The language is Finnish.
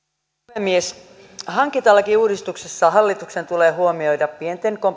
puhemies hankintalakiuudistuksessa hallituksen tulee huomioida pienten